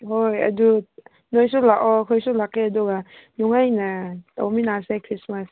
ꯍꯣꯏ ꯑꯗꯨ ꯅꯣꯏꯁꯨ ꯂꯥꯛꯑꯣ ꯑꯩꯈꯣꯏꯁꯨ ꯂꯥꯛꯀꯦ ꯑꯗꯨꯒ ꯅꯨꯡꯉꯥꯏꯅ ꯇꯧꯃꯤꯟꯅꯁꯦ ꯈ꯭ꯔꯤꯁꯃꯥꯁ